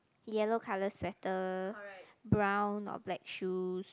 yellow colour sweater brown or black shoe